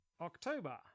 october